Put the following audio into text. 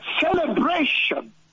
celebration